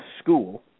school